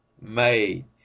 made